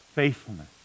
faithfulness